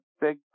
big